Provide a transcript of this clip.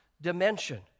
dimension